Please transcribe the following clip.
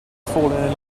fallen